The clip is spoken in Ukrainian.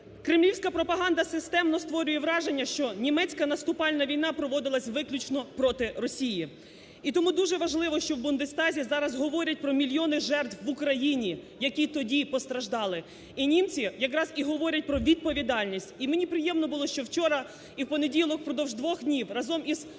Кремлівська пропаганда системно створює враження, що німецька наступальна війна проводилася виключно проти Росії. І тому дуже важливо, що в Бундестазі зараз говорять про мільйони жертв в Україні, які тоді постраждали, і німці якраз і говорять про відповідальність. І мені приємно було, що вчора і в понеділок, впродовж двох днів, разом із колишніми